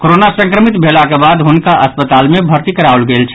corona संक्रमित भेलाक बाद हुनक अस्पताल मे भर्ती कराओल गेल छल